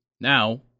Now